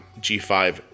G5